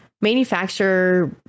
manufacturer